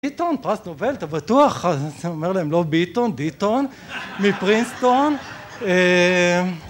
ביטון פרס נובל אתה בטוח? אז אני אומר להם לא ביטון, דיטון מפרינסטון